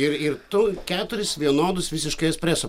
ir ir tu keturis vienodus visiškai espreso